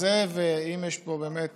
אם יש פה באמת